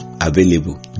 available